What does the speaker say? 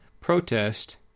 protest